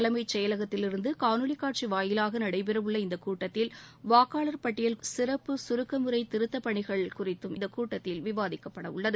தலைமைச் செயலகத்திலிருந்து காணொலி காட்சி வாயிலாக நடைபெறவுள்ள இந்த கூட்டத்தில் வாக்காளர் பட்டியல் சிறப்பு சுருக்க முறை திருத்தப் பணிகள் குறித்து விவாதிக்கப்படவுள்ளது